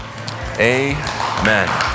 amen